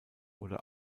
oder